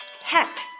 hat